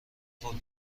غول